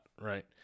Right